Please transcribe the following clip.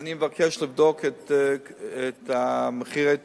אני מבקש לבדוק את מחירי התרופות.